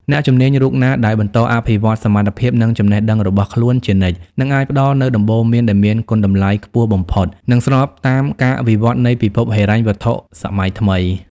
អ្នកជំនាញរូបណាដែលបន្តអភិវឌ្ឍសមត្ថភាព និងចំណេះដឹងរបស់ខ្លួនជានិច្ច នឹងអាចផ្ដល់នូវដំបូន្មានដែលមានគុណតម្លៃខ្ពស់បំផុត និងស្របតាមការវិវត្តនៃពិភពហិរញ្ញវត្ថុសម័យថ្មី។